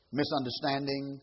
misunderstanding